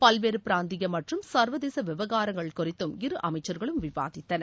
பல்வேறு பிராந்திய மற்றும் சர்வதேச விவகாரங்கள் குறித்தும் இரு அமைச்சர்களும் விவாதித்தனர்